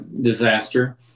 disaster